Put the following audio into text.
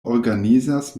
organizas